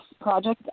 project